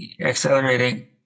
accelerating